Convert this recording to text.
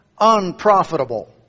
unprofitable